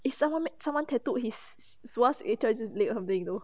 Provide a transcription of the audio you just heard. eh someone make someone tattoo his sua at his leg or something though